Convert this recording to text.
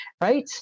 right